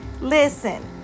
Listen